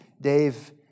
Dave